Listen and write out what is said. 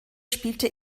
spielte